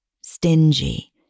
Stingy